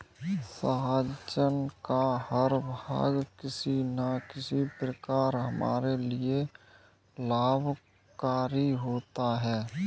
सहजन का हर भाग किसी न किसी प्रकार हमारे लिए लाभकारी होता है